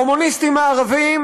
הקומוניסטים הערבים,